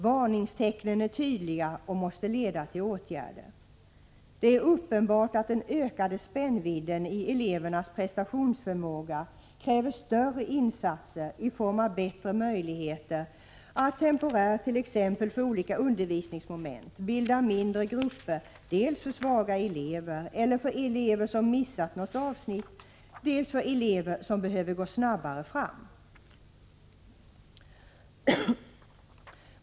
Varningstecknen är tydliga och måste leda till åtgärder. Det är uppenbart att den ökade spännvidden i elevernas prestationsförmåga kräver större insatser i form av bättre möjligheter att temporärt, t.ex. för olika undervisningsmoment, bilda mindre grupper dels för svaga elever eller för elever som helt missat något avsnitt, dels för elever som behöver gå snabbare fram.